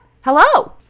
Hello